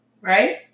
right